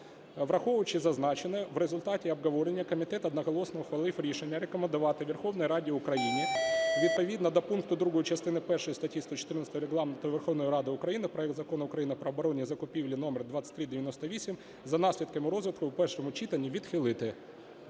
Враховуючи зазначене, в результаті обговорення комітет одноголосно ухвалив рішення рекомендувати Верховній Раді України відповідно до пункту 2 частини першої статті 114 Регламенту Верховної Ради України проект Закону України про оборонні закупівлі (номер 2398) за наслідками розгляду в першому читанні відхилити.